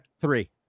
Three